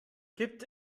gibt